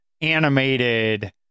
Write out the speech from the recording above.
animated